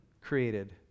created